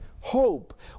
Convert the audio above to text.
hope